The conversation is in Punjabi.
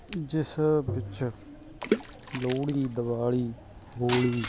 ਜਿਸ ਵਿੱਚ ਲੋਹੜੀ ਦਿਵਾਲੀ ਹੋਲੀ